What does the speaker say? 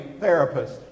therapist